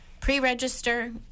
pre-register